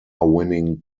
winning